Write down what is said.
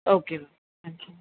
okay ma'am thank you ma'am